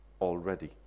already